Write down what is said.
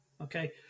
okay